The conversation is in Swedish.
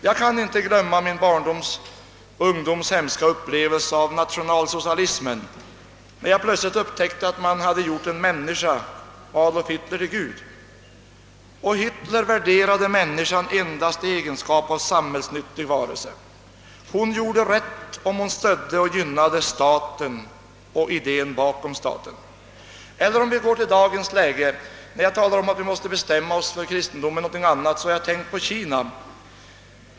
Jag kan inte glömma min barndoms och ungdoms hemska upplevelse av nationalsocialismen, när jag plötsligt upptäckte, att man hade gjort en människa, Adolf Hitler, till gud, och Hitler värderade människan endast i egenskap av samhällsnyttig varelse. Hon gjorde rätt om hon stödde och gynnade staten och idén bakom staten. När jag sade att vi i dagens läge måste bestämma oss för kristendomen eller någonting annat, har jag tänkt på Kina.